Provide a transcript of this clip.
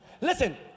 Listen